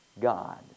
God